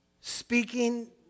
speaking